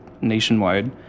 nationwide